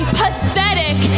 pathetic